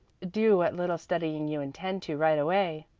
do what little studying you intend to right away,